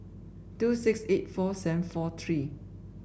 two six eight four seven four three